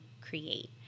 create